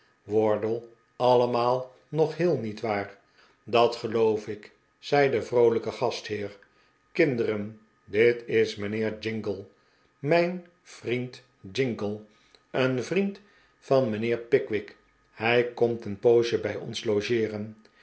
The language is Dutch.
wardle allemaal nog heel niet waar dat geloof ik zei de vroolijke gastheer kinderen dit is mijnheer jingle mijn vriend jingle een vriend van mijnheer pickwick hij komt een poosje bij ons logeeren